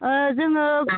जोङो